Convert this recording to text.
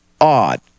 odd